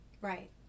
Right